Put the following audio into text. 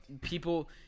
people